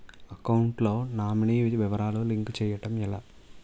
Account లో nominee వివరాలు link చేయటం ఎలా?